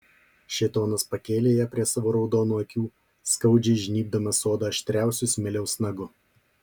šėtonas pakėlė ją prie savo raudonų akių skaudžiai žnybdamas odą aštriausiu smiliaus nagu